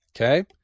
Okay